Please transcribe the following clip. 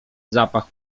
zapach